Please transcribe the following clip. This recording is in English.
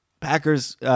Packers